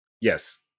Yes